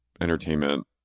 entertainment